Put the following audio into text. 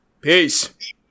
Peace